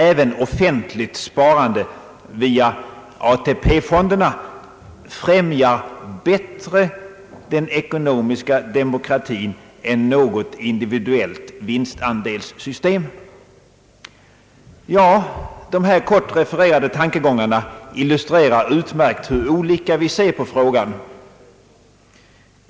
Även offentligt sparande via AP-fonderna främjar bättre den ekonomiska demokratin än något individuellt vinstandelssystem. De här kort refererade tankegångarna illustrerar utmärkt hur olika vi ser på frågan.